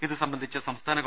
ഇതു സംബന്ധിച്ച സംസ്ഥാന ഗവ